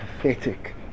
pathetic